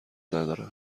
ندارن